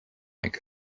like